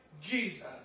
Jesus